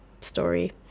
story